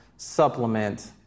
Supplement